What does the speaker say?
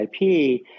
IP